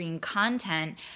content